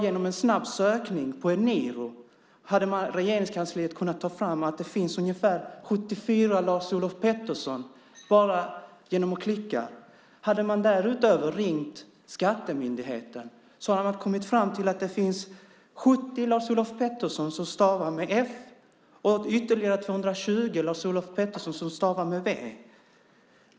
Genom en snabb sökning på Eniro hade man i Regeringskansliet - bara genom att klicka - kunnat ta fram att det finns ungefär 74 Lars-Olof Pettersson. Hade man dessutom ringt Skatteverket skulle man ha kommit fram till att det finns 70 Lars-Olof Pettersson som stavar med f och 220 som stavar med v.